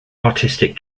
artistic